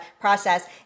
process